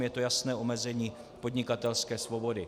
Je to jasné omezení podnikatelské svobody.